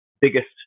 biggest